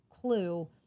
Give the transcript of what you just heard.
clue